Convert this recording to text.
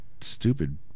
stupid